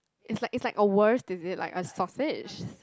it's like it's like a wurst is it like a sausage